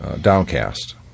Downcast